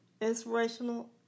inspirational